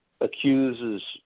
accuses